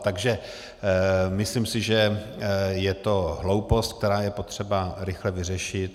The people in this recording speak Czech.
Takže myslím si, že je to hloupost, kterou je potřeba rychle vyřešit.